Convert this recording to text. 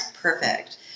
Perfect